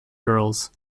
girls